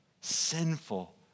sinful